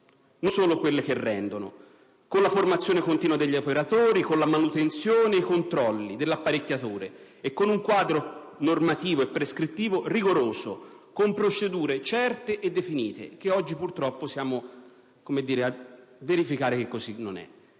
non solo quelle che rendono. Si ottiene con la formazione continua degli operatori, con la manutenzione e i controlli delle apparecchiature e con un quadro normativo e prescrittivo rigoroso, con procedure certe e definite (oggi purtroppo verifichiamo che così non è).